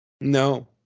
No